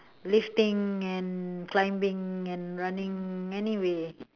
lifting and climbing and running any way